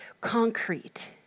concrete